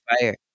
fire